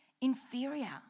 inferior